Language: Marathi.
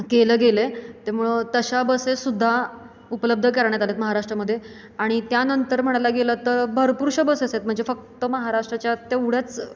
केलं गेलं आहे त्यामुळं तशा बसेससुद्धा उपलब्ध करण्यात आलेत महाराष्ट्रामध्ये आणि त्यानंतर म्हणायला गेलं तर भरपूरशा बसेस आहेत म्हणजे फक्त महाराष्ट्राच्या तेवढ्याच